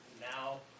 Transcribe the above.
now